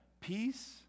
peace